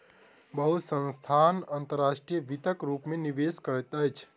बहुत संस्थान अंतर्राष्ट्रीय वित्तक रूप में निवेश करैत अछि